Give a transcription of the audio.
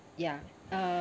ya uh